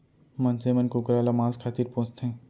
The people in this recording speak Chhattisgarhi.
मनसे मन कुकरा ल मांस खातिर पोसथें